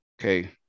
Okay